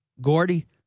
Gordy